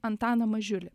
antaną mažiulį